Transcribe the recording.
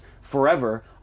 forever